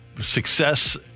success